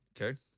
okay